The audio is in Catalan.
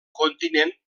continent